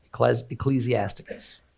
Ecclesiasticus